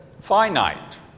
finite